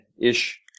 ish